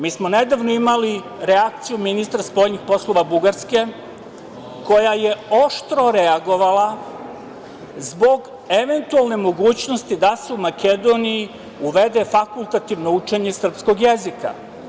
Mi smo nedavno imali reakciju ministra spoljnih poslova Bugarske, koja je oštro reagovala zbog eventualne mogućnosti da se u Makedoniji uvede fakultativno učenje srpskog jezika.